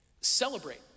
celebrate